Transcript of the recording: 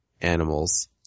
animals